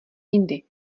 jindy